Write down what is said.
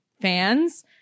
fans